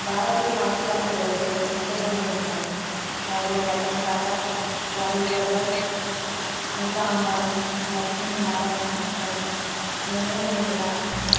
భారతీయ పారిశ్రామిక వేత్తలు ఎంతోమంది ఉన్నారు వారిలో రతన్ టాటా రాహుల్ బజాజ్ నీతా అంబానీ లక్ష్మీనారాయణ మితల్ లింగమనేని రమేష్